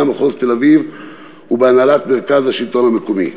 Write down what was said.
מחוז תל-אביב ובהנהלת מרכז השלטון המקומי.